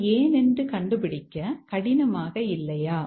அது ஏன் என்று கண்டுபிடிக்க கடினமாக இல்லையா